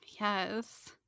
Yes